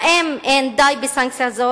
האם אין די בסנקציה הזאת,